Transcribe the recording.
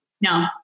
No